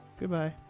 goodbye